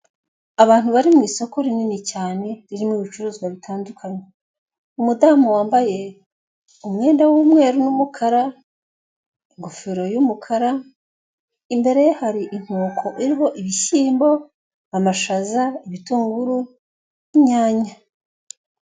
Abantu bari mu isoko rinini cyane ririmo ibicuruzwa bitandukanye. umudamu wambaye umwenda w'umweru n'umukara, ingofero yumukara, imbere ye hari inkoko iriho ibishyimbo, amashaza, ibitunguru, inyanya.